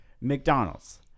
McDonald's